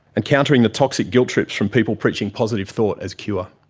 and countering the toxic guilt trips from people preaching positive thought as cure.